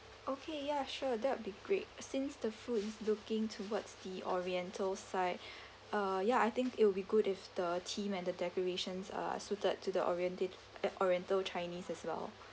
okay ya sure that'll be great since the food is looking towards the oriental side uh ya I think it'll be good if the theme and the decorations are suited to the oriented eh oriental chinese as well